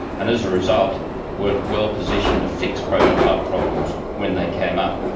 and as a result weren't well positioned to fix prototype problems when they came up,